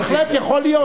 בהחלט יכול להיות.